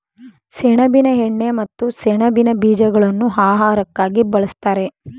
ಸೆಣಬಿನ ಎಣ್ಣೆ ಮತ್ತು ಸೆಣಬಿನ ಬೀಜಗಳನ್ನು ಆಹಾರಕ್ಕಾಗಿ ಬಳ್ಸತ್ತರೆ